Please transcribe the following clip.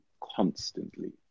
constantly